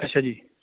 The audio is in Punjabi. ਅੱਛਾ ਜੀ